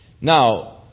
Now